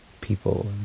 people